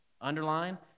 underline